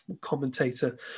Commentator